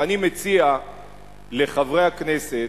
ואני מציע לחברי הכנסת,